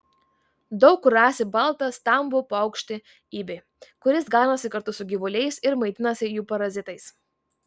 daug kur rasi baltą stambų paukštį ibį kuris ganosi kartu su gyvuliais ir maitinasi jų parazitais